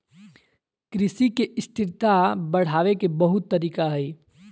कृषि के स्थिरता बढ़ावे के बहुत तरीका हइ